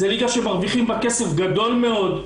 זו ליגה שמרוויחים בה כסף גדול מאוד.